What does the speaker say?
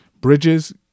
Bridges